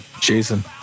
Jason